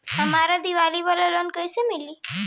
हमरा दीवाली वाला लोन कईसे मिली?